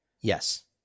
Yes